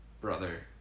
brother